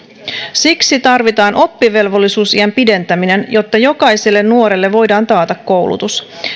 siksi tarvitaan oppivelvollisuusiän pidentäminen jotta jokaiselle nuorelle voidaan taata koulutus